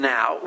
Now